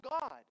God